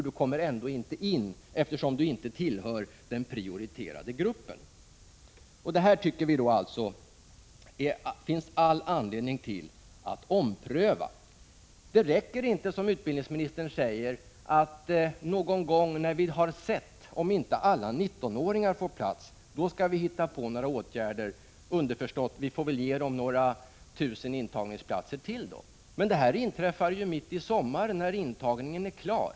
Du kommer ändå inte in, eftersom du inte tillhör den prioriterade gruppen. Vi tycker alltså att det finns all anledning att göra en omprövning. Det räcker inte att, som utbildningsministern gör, bara säga: När vi vet att alla 19-åringar inte får plats, skall vi hitta på någonting. Underförstått: vi får väl skapa några tusen intagningsplatser till. Men det här inträffar ju mitt i sommaren, då intagningen är klar.